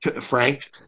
Frank